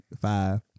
five